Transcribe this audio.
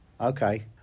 okay